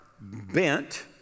bent